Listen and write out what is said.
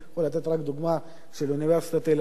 אני יכול לתת רק דוגמה של אוניברסיטת תל-אביב,